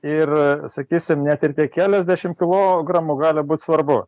ir sakysim net ir tie keliasdešimt kilogramų gali būt svarbu